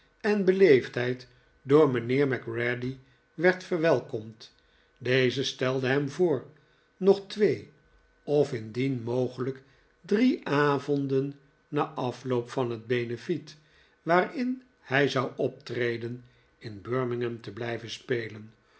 en beleefdheid door mijnheer macready werd verwelkomd deze stelde hem voor nog twee of indien mogelijk drie avonden na atloop van het benefiet waarin hij zou optreden in birmingham te blijven spelen